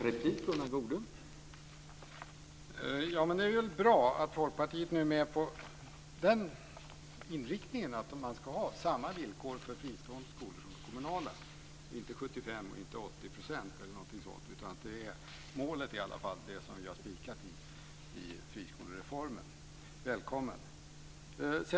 Herr talman! Det är bra att Folkpartiet nu är med på den inriktningen att man ska ha samma villkor för fristående skolor som för de kommunala, inte 75 eller 80 % eller någonting sådant, utan målet är det som vi har spikat i friskolereformen. Välkommen!